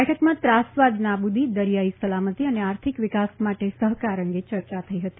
બેઠકમાં ત્રાસવાદ નાબુદી દરીયાઈ સલામતિ અને આર્થિક વિકાસ માટે સહકાર અંગે ચર્ચા થઈ હતી